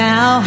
Now